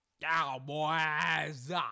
Cowboys